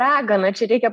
ragana čia reikia